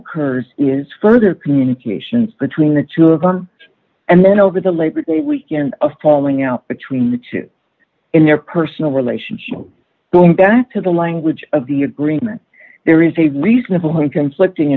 occurs is further communications between the two of them and then over the labor day weekend a falling out between the two in their personal relationship going back to the language of the agreement there is a reasonable one conflicting